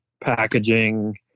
packaging